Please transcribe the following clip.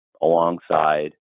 alongside